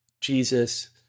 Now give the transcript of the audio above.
Jesus